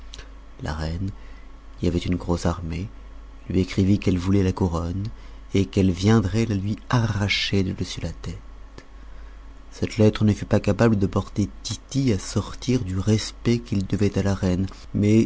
la reine qui avait une grosse armée lui écrivit qu'elle voulait la couronne et qu'elle viendrait la lui arracher de dessus la tête cette lettre ne fut pas capable de porter tity à sortir du respect qu'il devait à la reine mais